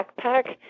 backpack